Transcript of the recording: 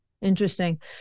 Interesting